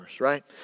right